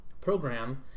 program